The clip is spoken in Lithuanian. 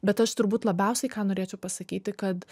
bet aš turbūt labiausiai ką norėčiau pasakyti kad